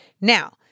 Now